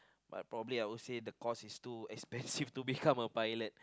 but probably I will say the course is too expensive to become a pilot